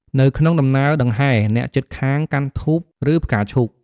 នៅក្នុងដំណើរដង្ហែ អ្នកជិតខាងកាន់ធូក ឬផ្កាឈូក។